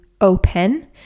open